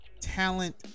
talent